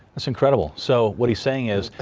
that's incredible. so what he's saying is,